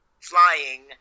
flying